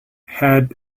had